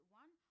one